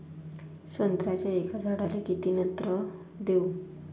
संत्र्याच्या एका झाडाले किती नत्र देऊ?